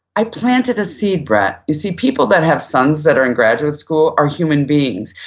i planted a seed, brett. you see, people that have sons that are in graduate school are human beings.